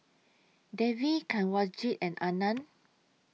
Devi Kanwaljit and Anand